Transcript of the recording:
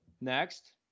next